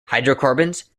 hydrocarbons